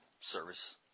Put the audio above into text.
service